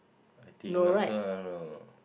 I think not so i don't know